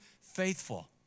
faithful